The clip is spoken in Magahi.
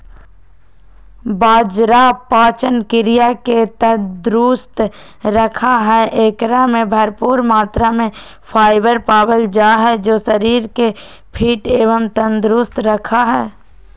बाजरा पाचन क्रिया के तंदुरुस्त रखा हई, एकरा में भरपूर मात्रा में फाइबर पावल जा हई जो शरीर के फिट एवं तंदुरुस्त रखा हई